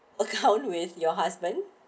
account with your husband